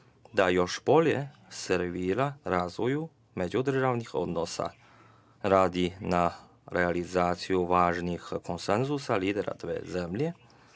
još bolje servira razvoju međudržavnih odnosa, radi na realizaciji važnih konsenzusa lidera dve zemlje